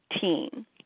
teen